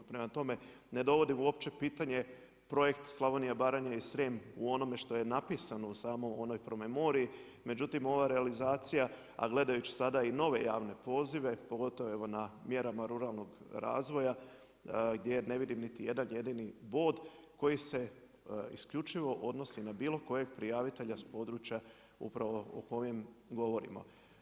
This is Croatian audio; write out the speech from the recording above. Prema tome, ne dovodim uopće pitanje Projekt „Slavonija Baranja i Srijem“ u onome što je napisano u samoj onoj promemoriji međutim ova realizacija, a gledajući sada i nove javne pozive pogotovo evo na mjerama ruralnog razvoja, gdje ne vidim niti jedan jedini bod koji se isključivo odnosi na bilo kojeg prijavitelja s područja upravo o kojim govorimo.